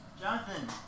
Jonathan